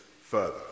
further